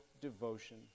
devotion